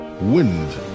wind